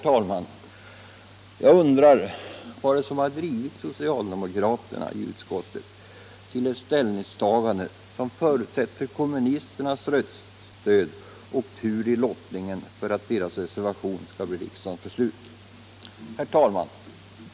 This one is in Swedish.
Vad är det som har drivit socialdemokraterna i utskottet till ett ställningstagande, som förutsätter kommunisternas röststöd och tur i lottningen för att socialdemokraternas reservation skall bli riksdagens beslut? Herr talman!